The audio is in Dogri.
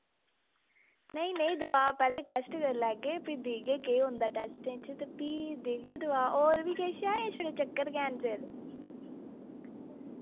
नेईं नेईं दवा पैह्ले टैस्ट कर लैगे फ्ही दिक्खगे केह् होंदा टैस्टें च ते फ्ही दिक्खगे दवा और बी किश ऐ यां छड़े चक्कर गै न सिर